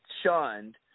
shunned